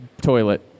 toilet